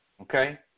Okay